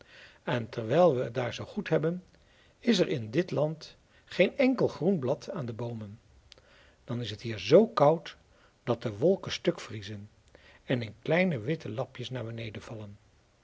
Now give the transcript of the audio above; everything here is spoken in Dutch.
en terwijl we het daar zoo goed hebben is er in dit land geen enkel groen blad aan de boomen dan is het hier zoo koud dat de wolken stuk vriezen en in kleine witte lapjes naar beneden vallen